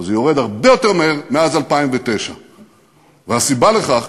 אבל זה יורד הרבה יותר מהר מאז 2009. והסיבה לכך,